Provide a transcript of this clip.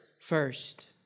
first